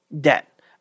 debt